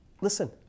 listen